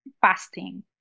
fasting